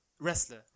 Wrestler